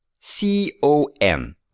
C-O-N